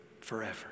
forever